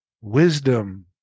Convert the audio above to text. wisdom